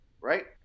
right